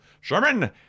Sherman